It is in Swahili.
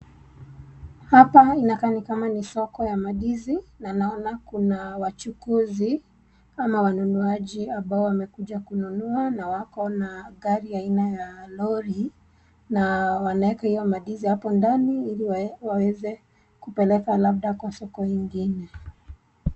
Soko ya maandizi na naona kuna wachukuzi ama wanunuaji ambao wamekuja kununua na wako na gari aina ya lori na wanaweka hio mandizi hapo ndani ili waweze kupeleka labda kwa soko ingine.